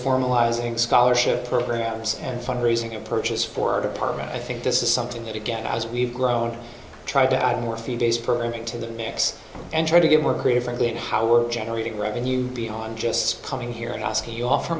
formalizing scholarship programs and fund raising approaches for our department i think this is something that again as we've grown tried to add more fee based programming to the mix and trying to get more creative frankly in how we're generating revenue beyond just coming here and asking you off